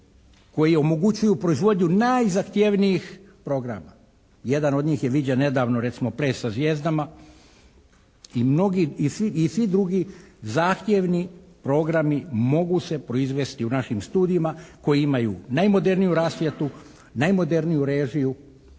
koji omogućuju proizvodnju najzahtjevnijih programa. Jedan od njih je viđen nedavno, recimo "Ples sa zvijezdama" i mnogi i svi drugi zahtjevni programi mogu se proizvesti u našim studijima koji imaju najmoderniju rasvjetu, najmoderniju režiju